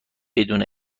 بدون